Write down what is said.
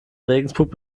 regensburg